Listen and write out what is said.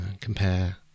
compare